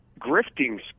grifting